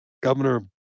governor